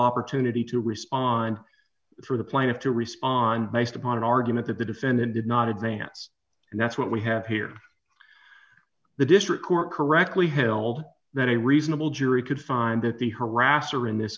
opportunity to respond for the plaintiff to respond based upon an argument that the defendant did not advance and that's what we have here the district court correctly held that a reasonable jury could find that the harasser in this